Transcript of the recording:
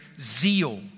zeal